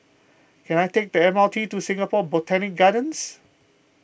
can I take the M R T to Singapore Botanic Gardens